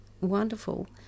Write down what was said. Wonderful